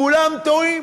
כולם טועים?